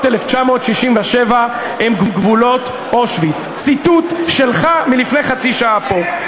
1967 הם גבולות אושוויץ" ציטוט שלך מלפני חצי שעה פה.